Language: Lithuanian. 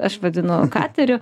aš vadinu kateriu